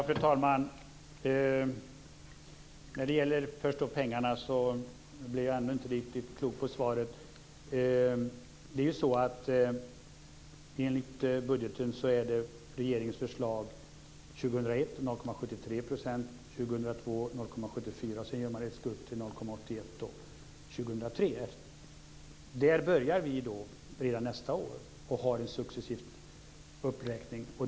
Fru talman! När det först gäller pengarna blir jag ändå inte riktigt klok på svaret. Enligt budgeten är regeringens förslag för år 2001 0,73 %, för år 2002 0,74 %, och sedan gör man ett skutt till 0,81 % år 2003. Där börjar vi redan nästa år och har en successiv uppräkning.